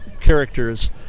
characters